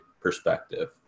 perspective